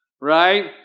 right